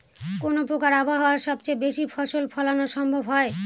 কোন প্রকার আবহাওয়ায় সবচেয়ে বেশি ফসল ফলানো সম্ভব হয়?